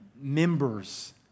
members